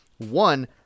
One